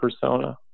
persona